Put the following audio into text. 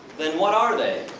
then what are they?